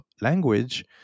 language